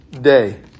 day